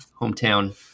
hometown